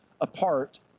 apart